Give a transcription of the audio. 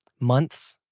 months,